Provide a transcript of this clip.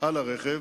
על הרכב,